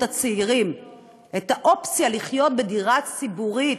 צעירים את האופציה לחיות בדירה ציבורית,